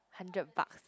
hundred buck